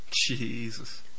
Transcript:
Jesus